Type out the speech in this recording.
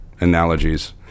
analogies